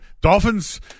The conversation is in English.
Dolphins